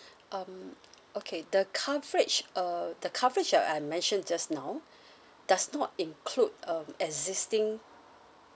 um okay the coverage uh the coverage uh I mentioned just now does not include um existing